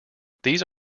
these